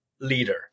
leader